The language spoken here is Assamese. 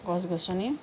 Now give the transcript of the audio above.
গছ গছনি